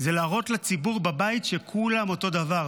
להראות לציבור בבית שכולם אותו דבר.